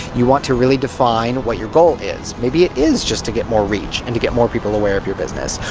you want to really define what your goal is. maybe it is just to get more reach, and to get more people aware of your business,